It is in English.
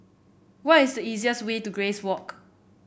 what is the easiest way to Grace Walk